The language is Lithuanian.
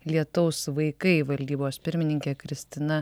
lietaus vaikai valdybos pirmininkė kristina